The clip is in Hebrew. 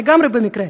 לגמרי במקרה,